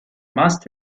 must